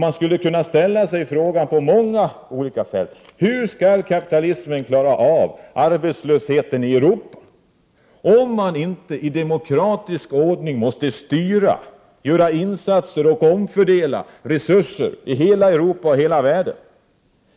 Man skulle på många olika fält kunna ställa sig frågan: Hur skall kapitalismen klara av arbetslösheten i Europa om man inte i demokratisk ordning måste styra, göra insatser och omfördela resurser i hela Europa och hela världen?